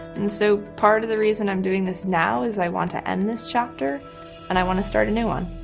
and so part of the reason i'm doing this now is i want to end this chapter and i want to start a new one.